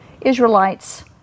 Israelites